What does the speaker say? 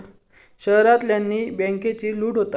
शहरांतल्यानी बॅन्केची लूट होता